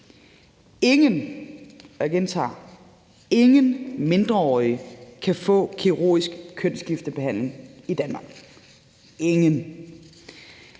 ingen – mindreårige kan få kirurgisk kønsskiftebehandling i Danmark, og